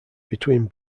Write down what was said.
between